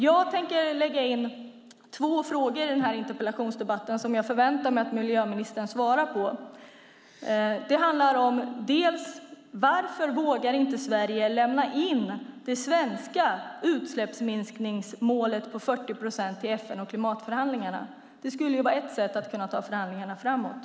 Jag tänker lägga in två frågor i den här interpellationsdebatten, och jag förväntar mig att miljöministern svarar på dem: Varför vågar inte Sverige lämna in det svenska utsläppsminskningsmålet på 40 procent till FN och klimatförhandlingarna? Det skulle kunna vara ett sätt att ta förhandlingarna framåt.